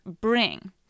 bring